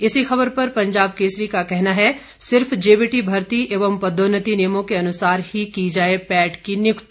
इसी खबर पर पंजाब केसरी का कहना है सिर्फ जेबीटी भर्ती एवं पदोन्नति नियमों के अनुसार ही की जाए पैट की नियुक्ति